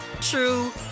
true